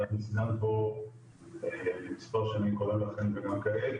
ואני סגן פה מספר שנים כולל אז וגם כעת.